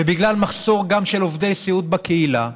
וגם בגלל מחסור של עובדי סיעוד בקהילה,